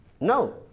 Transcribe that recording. No